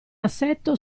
assetto